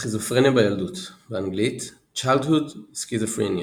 סכיזופרניה בילדות באנגלית Childhood schizophrenia,